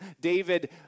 David